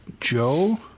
joe